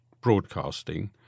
broadcasting